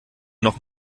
noch